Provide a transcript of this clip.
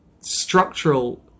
structural